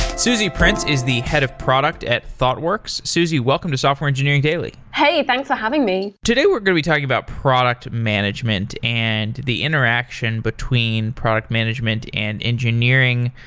suzie prince is the head of product at thoughtworks. suzie, welcome to software engineering daily hey, thanks for having me today, we're going to be talking about product management and the interaction between product management and engineering.